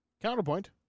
Counterpoint